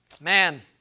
man